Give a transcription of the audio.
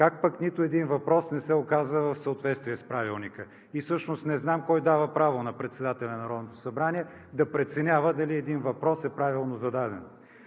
Как пък нито един въпрос не се оказа в съответствие с Правилника?! Всъщност не знам кой дава право на председателя на Народното събрание да преценява дали един въпрос е правилно зададен.